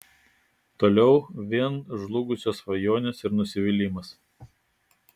toliau vien žlugusios svajonės ir nusivylimas